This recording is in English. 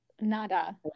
Nada